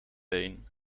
been